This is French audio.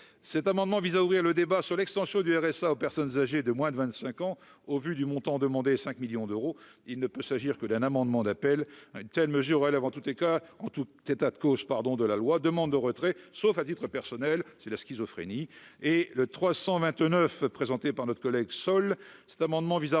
cet amendement vise à ouvrir le débat sur l'extension du RSA aux personnes âgées de moins de 25 ans, au vu du montant demandé 5 millions d'euros, il ne peut s'agir que d'un amendement d'appel, une telle mesure elle avant tout et cas en tout état de cause, pardon, de la loi demande de retrait, sauf à titre personnel, c'est la schizophrénie et le 329 présentée par notre collègue sol cet amendement vise à